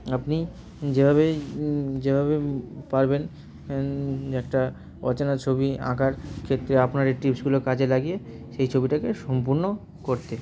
আপনি যেভাবে যেভাবে পারবেন একটা অচেনা ছবি আঁকার ক্ষেত্রে আপনার এই টিপসগুলো কাজে লাগিয়ে সেই ছবিটাকে সম্পূর্ণ করতে